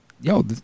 yo